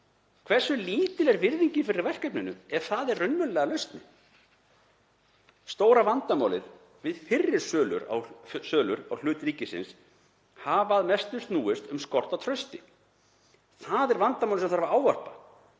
Hversu lítil er virðingin fyrir verkefninu ef það er raunverulega lausnin? Stóra vandamálið við fyrri sölur á hlut ríkisins hefur að mestu snúist um skort á trausti. Það er vandamál sem þarf að ávarpa.